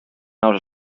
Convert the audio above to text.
naus